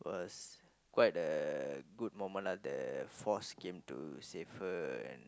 was quite a good moment lah the force came to save her and